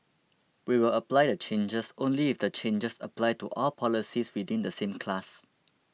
we will apply the changes only if the changes apply to all policies within the same class